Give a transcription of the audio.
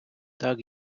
так